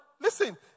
listen